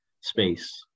space